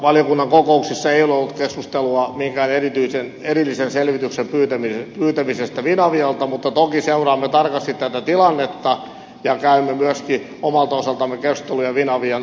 valiokunnan kokouksissa ei ole ollut keskustelua minkään erillisen selvityksen pyytämisestä finavialta mutta toki seuraamme tarkasti tätä tilannetta ja käymme myöskin omalta osaltamme keskusteluja finavian uuden johdon kanssa